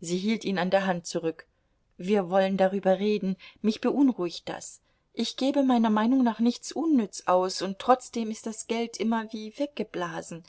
sie hielt ihn an der hand zurück wir wollen darüber reden mich beunruhigt das ich gebe meiner meinung nach nichts unnütz aus und trotzdem ist das geld immer wie weggeblasen